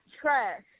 trash